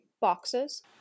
Boxes